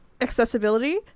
Accessibility